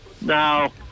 Now